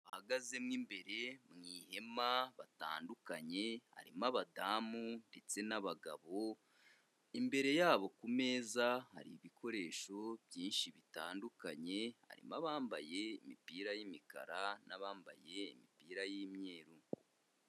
Bahagazemo imbere mu ihema batandukanye, harimo aba damu ndetse n'abagabo, imbere yabo kumeza hari ibikoresho byinshi bitandukanye, harimo abambaye imipira y'imikara n'abambaye imipira y'imyeru.